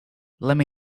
lemme